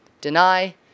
Deny